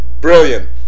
Brilliant